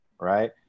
right